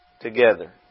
together